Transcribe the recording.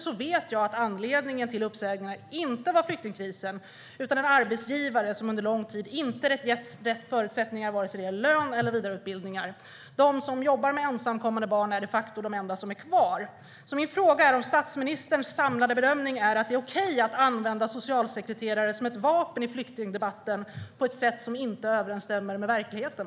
Jag vet att anledningen till uppsägningarna inte var flyktingkrisen utan en arbetsgivare som under lång tid inte gett rätt förutsättningar vare sig när det gäller lön eller vidareutbildningar. De som jobbar med ensamkommande barn är de facto de enda som är kvar. Min fråga är om statsministerns samlade bedömning är att det är okej att använda socialsekreterare som ett vapen i flyktingdebatten på ett sätt som inte överensstämmer med verkligheten.